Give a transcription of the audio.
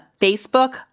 Facebook